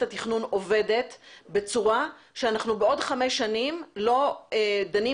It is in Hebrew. התכנון עובדת בצורה שאנחנו בעוד חמש שנים לא דנים